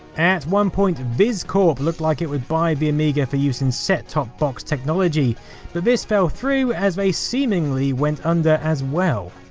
at one point viscorp looked like it would buy the amiga for use in set top box technology but this fell through as they seemingly went under as well.